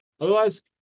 Otherwise